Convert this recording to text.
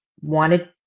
wanted